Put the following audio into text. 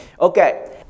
Okay